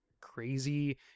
crazy